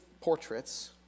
portraits